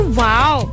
wow